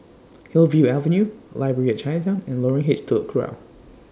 Hillview Avenue Library At Chinatown and Lorong H Telok Kurau